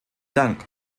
dank